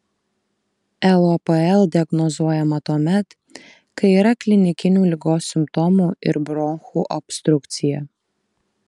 lopl diagnozuojama tuomet kai yra klinikinių ligos simptomų ir bronchų obstrukcija